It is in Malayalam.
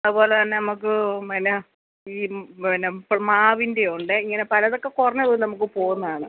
അതുപോലെതന്നെ നമുക്ക് പിന്നെ ഈ പിന്നെ ഇപ്പം മാവിൻ്റെയുണ്ട് ഇങ്ങനെ പലതൊക്കെ കുറഞ്ഞത് നമുക്ക് പോകുന്നതാണ്